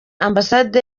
ambasade